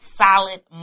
solid